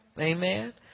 Amen